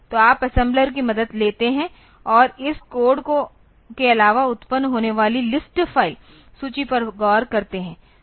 तो आप असेम्बलर की मदद लेते हैं और इस कोड के अलावा उत्पन्न होने वाली लिस्ट फ़ाइल सूची पर गौर करते हैं